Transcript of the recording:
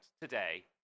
today